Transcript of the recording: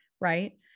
right